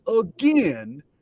again